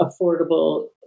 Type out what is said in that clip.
affordable